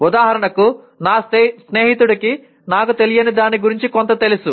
ఉదాహరణకు నా స్నేహితుడికి నాకు తెలియని దాని గురించి కొంత తెలుసు